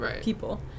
people